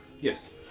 yes